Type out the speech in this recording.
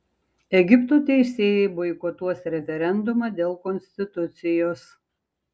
egipto teisėjai boikotuos referendumą dėl konstitucijos